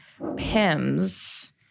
pims